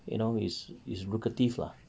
you know is lucrative lah